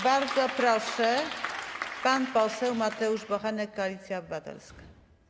Bardzo proszę, pan poseł Mateusz Bochenek, Koalicja Obywatelska.